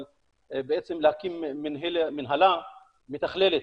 אבל להקים מנהלה מתכללת,